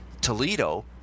Toledo